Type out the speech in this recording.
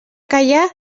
callar